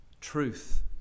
truth